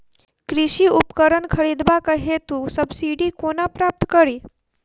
कृषि उपकरण खरीदबाक हेतु सब्सिडी कोना प्राप्त कड़ी?